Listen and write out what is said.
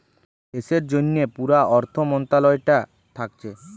দেশের জন্যে পুরা অর্থ মন্ত্রালয়টা থাকছে